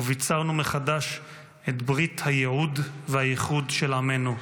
וביצרנו מחדש את ברית הייעוד והייחוד של עמנו.